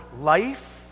Life